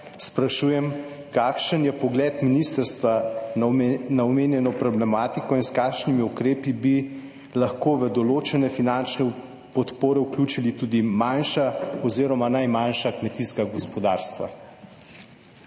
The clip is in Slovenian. sprašujem: Kakšen je pogled ministrstva na omenjeno problematiko? S kakšnimi ukrepi bi lahko v določene finančne podpore vključili tudi manjša oziroma najmanjša kmetijska gospodarstva?